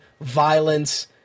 violence